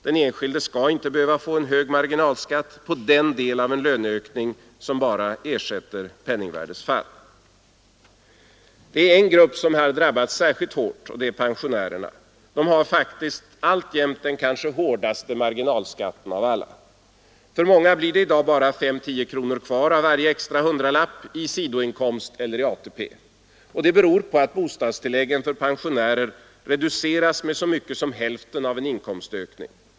Den enskilde skall inte behöva få hög marginalskatt på den del av en löneökning som bara ersätter penningvärdets fall. Det är en grupp som här drabbas särskilt hårt, och det är pensionärerna. De har faktiskt alltjämt den kanske hårdaste marginalskatten av alla. För många blir det i dag bara 5—10 kronor kvar av varje extra hundralapp i sidoinkomst eller ATP. Det beror på att bostadstilläggen för pensionärer reduceras med så mycket som hälften av en inkomstökning.